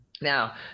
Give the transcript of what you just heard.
now